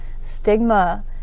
stigma